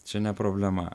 čia ne problema